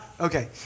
Okay